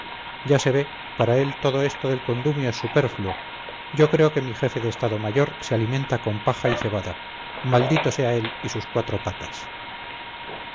ya se ve para él todo esto del condumio es superfluo yo creo que mi jefe de estado mayor se alimenta con paja y cebada maldito sea él y sus cuatro patas